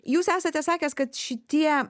jūs esate sakęs kad šitie